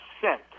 percent